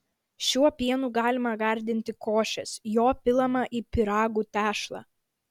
šiuo pienu galima gardinti košes jo pilama į pyragų tešlą